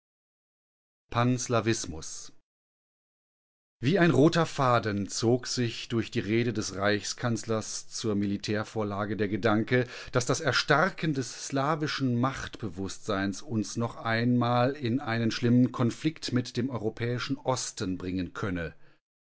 panslavismus wie ein roter faden zog sich durch die rede des reichskanzlers zur militärvorlage der gedanke daß das erstarken des slavischen machtbewußtseins uns noch einmal in einen schlimmen konflikt mit dem europäischen osten bringen könne